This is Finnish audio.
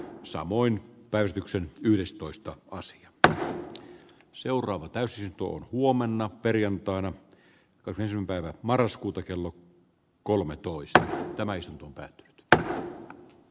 samoin päytyksen yhdestoista on se että seuraava täysin tuon huomenna perjantaina kanteen päivä marraskuuta kello kolmetoista ja erittäin mieluisa vieras siellä